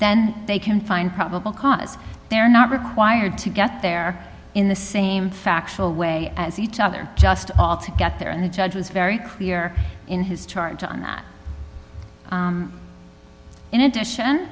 then they can find probable cause they're not required to get there in the same factual way as each other just all to get there and the judge was very clear in his charge on that in addition